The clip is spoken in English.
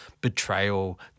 betrayal